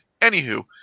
Anywho